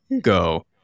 go